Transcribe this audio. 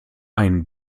ein